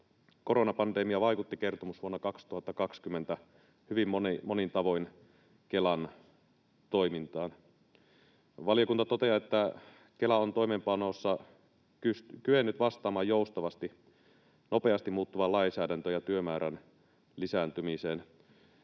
koronapandemia vaikutti kertomusvuonna 2020 hyvin moni monin tavoin Kelan toimintaan. Valiokunta toteaa, että Kela on toimeenpanossa kyennyt vastaamaan joustavasti nopeasti muuttuvaan lainsäädäntöön ja työmäärän lisääntymiseen.